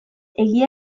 egia